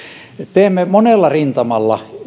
teemme monella rintamalla